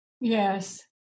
Yes